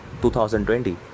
2020